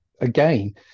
again